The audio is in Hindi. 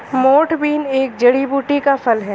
मोठ बीन एक जड़ी बूटी का फल है